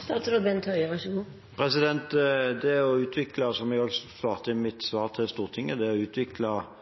Det å utvikle gode testmuligheter er – som også er mitt svar til Stortinget – en del av helseregionenes sørge-for-ansvar, som